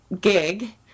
gig